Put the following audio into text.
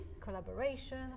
collaboration